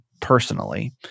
personally